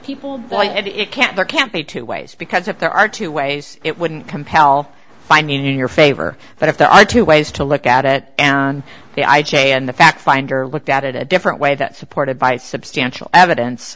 people boy it can't there can't be two ways because if there are two ways it wouldn't compel finding in your favor but if there are two ways to look at it and the i j a and the fact finder looked at it a different way that supported by substantial evidence